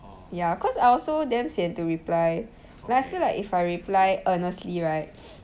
ya cause I also damn sian to reply like I feel like if I reply earnestly right